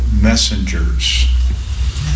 messengers